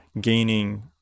gaining